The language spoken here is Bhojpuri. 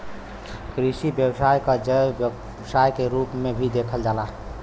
कृषि व्यवसाय क जैव व्यवसाय के रूप में भी देखल जाला